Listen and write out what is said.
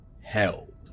held